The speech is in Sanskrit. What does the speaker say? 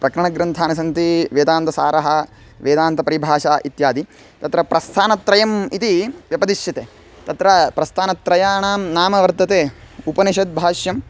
प्रकरणग्रन्थानि सन्ति वेदान्तसारः वेदान्तपरिभाषा इत्यादि तत्र प्रस्थानत्रयम् इति व्यपदिश्यते तत्र प्रस्थानत्रयाणां नाम वर्तते उपनिषद्भाष्यम्